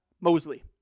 Mosley